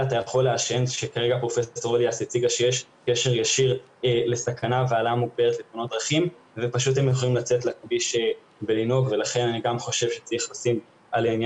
לקחת, שזה משהו שהוועדה לפי דעתי חייבת לשים עליו